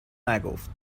نگفت